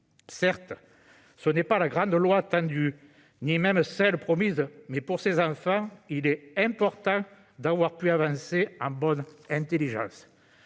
Certes, ce texte n'est pas la grande loi attendue, ni même celle qui était promise, mais, pour ces enfants, il est important d'avoir pu avancer en bonne intelligence.